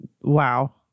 wow